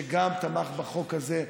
שגם תמך בחוק הזה,